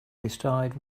decide